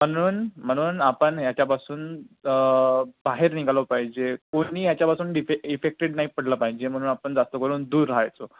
म्हणून म्हणून आपण ह्याच्यापासून बाहेर निघालो पाहिजे कोणी ह्याच्यापासून डिफे इफेक्टेड नाही पडलं पाहिजे म्हणून आपण जास्त करून दूर राह्यचो